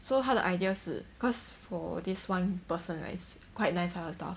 so 她 the idea 是 cause for this one person right it's quite nice kind lah her stuff